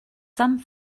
some